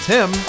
Tim